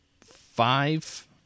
five